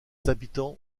habitants